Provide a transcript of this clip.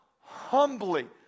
humbly